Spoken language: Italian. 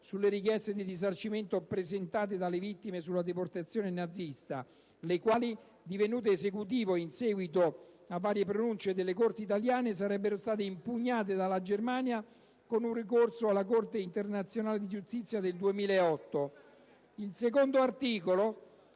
sulle richieste di risarcimento presentate dalle vittime della deportazione nazista, le quali, divenute esecutive in seguito a varie pronunce delle corti italiane, sarebbero state impugnate dalla Germania con un ricorso alla Corte internazionale di giustizia nel 2008. Il secondo articolo